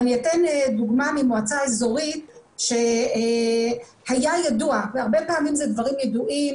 אני אתן דוגמה ממועצה אזורית שהיה ידוע והרבה פעמים אלה דברים ידועים,